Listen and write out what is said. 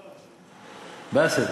באסל.